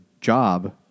job